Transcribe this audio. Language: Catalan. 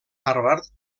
harvard